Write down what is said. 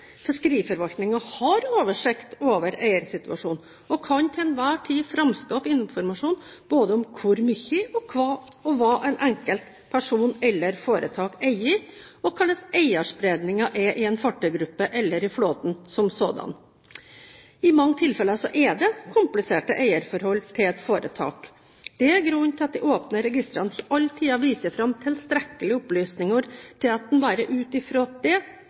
har oversikt over eiersituasjonen og kan til enhver tid framskaffe informasjon både om hvor mye og hva en enkelt person eller foretak eier, og hvordan eierspredningen er i en fartøygruppe eller i flåten som sådan. I mange tilfeller er det kompliserte eierforhold i et foretak. Det er grunnen til at de åpne registrene ikke alltid viser fram tilstrekkelige opplysninger til at en bare ut fra det